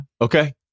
Okay